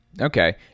Okay